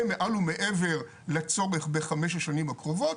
מעל ומעבר לצורך בחמש השנים הקרובות,